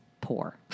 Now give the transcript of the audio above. poor